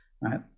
right